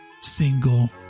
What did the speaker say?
single